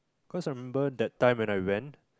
cause I remember that time when I went